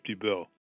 bill